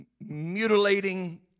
Mutilating